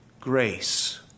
grace